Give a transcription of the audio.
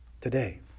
today